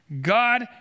God